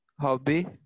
Hobby